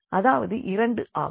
அதாவது 2 ஆகும்